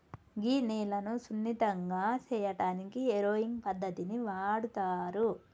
గీ నేలను సున్నితంగా సేయటానికి ఏరోయింగ్ పద్దతిని వాడుతారు